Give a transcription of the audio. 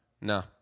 No